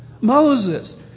Moses